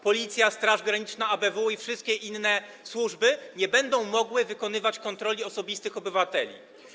Policja, Straż Graniczna, ABW i wszystkie inne służby nie będą mogły wykonywać kontroli osobistych obywateli.